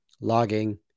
logging